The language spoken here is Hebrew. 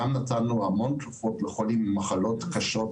גם נתנו המון תרופות לחולים עם מחלות קשות